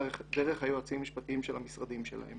דרך היועצים המשפטיים של המשרדים שלהם